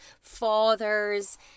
fathers